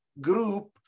group